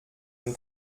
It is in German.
den